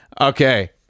Okay